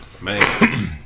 Man